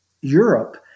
Europe